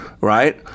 right